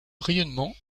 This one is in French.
rayonnement